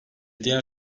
diğer